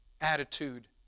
attitude